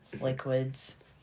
liquids